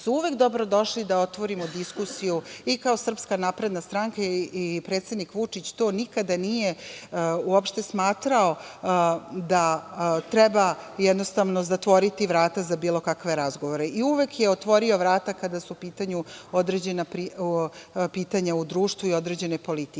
su uvek dobrodošli da otvorimo diskusiju i kao SNS, i predsednik Vučić to nikada nije smatrao da treba jednostavno zatvoriti vrata za bilo kakve razgovore. Uvek je otvorio vrata kada su u pitanju određena pitanja u društvu i određene politike. Ali,